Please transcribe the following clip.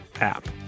app